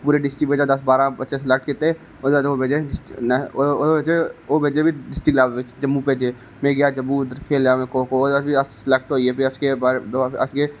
पूरे डिस्ट्रिक्ट बिच दस जारा बच्चे स्लैक्ट कीते ओहदे च ओह् भेजे फ्ही डिस्ट्रकि्ट लेबल च जम्मू भेजे में गेआ जम्मू उद्धर खेलेआ में खो खो उद्धर बी अस स्लैक्ट होई गे फर गे अस